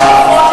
אדוני השר,